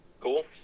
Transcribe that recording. Cool